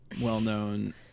well-known